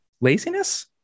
laziness